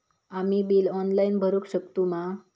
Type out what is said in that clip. आम्ही bill online भरुक शकतू मा?